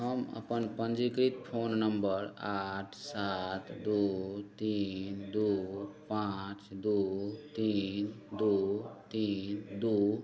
हम अपन पञ्जीकृत फोन नम्बर आठ सात दुइ तीन दुइ पाँच दुइ तीन दुइ तीन दुइ